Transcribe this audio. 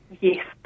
Yes